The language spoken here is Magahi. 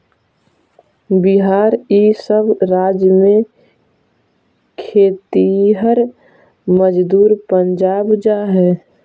बिहार इ सब राज्य से खेतिहर मजदूर पंजाब जा हई